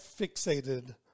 fixated